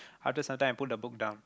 after some time I put the book down